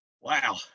Wow